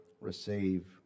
receive